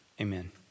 Amen